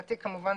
מבחינתי אני אשמח